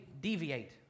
deviate